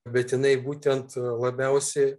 bet jinai būtent labiausiai